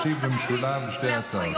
ישיב במשולב על שתי ההצעות.